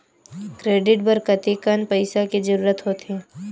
Credit बर कतेकन पईसा के जरूरत होथे?